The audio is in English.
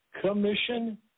commission